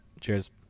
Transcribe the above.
Cheers